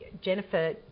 Jennifer